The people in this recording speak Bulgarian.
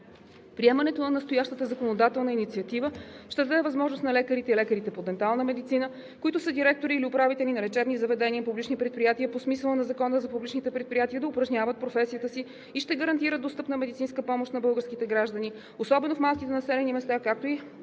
Приемането на настоящата законодателна инициатива ще даде възможност на лекарите и лекарите по дентална медицина, които са директори или управители на лечебни заведения – публични предприятия по смисъла на Закона за публичните предприятия, да упражняват професията си и ще гарантира достъпна медицинска помощ на българските граждани, особено в малките населени места, както и